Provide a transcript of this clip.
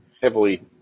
heavily